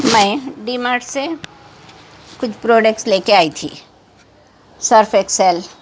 میں ڈیماٹ سے کچھ پروڈکٹس لے کے آئی تھی سرف ایکسل